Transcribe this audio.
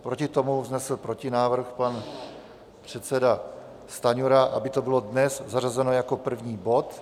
Proti tomu vznesl protinávrh pan předseda Stanjura, aby to bylo dnes zařazeno jako první bod.